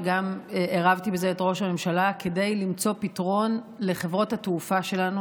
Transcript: וגם עירבתי בזה את ראש הממשלה כדי למצוא פתרון לחברות התעופה שלנו,